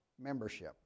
membership